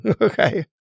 Okay